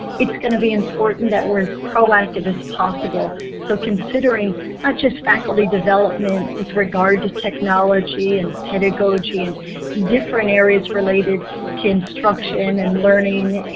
it's going to be important that we're as proactive as possible. so considering not just the faculty development with regard to technology and pedagogy and different areas related to instruction and learning